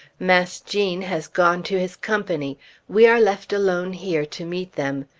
mass' gene has gone to his company we are left alone here to meet them.